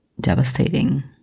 devastating